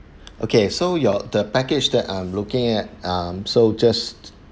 okay so you're the package that I'm looking at um so just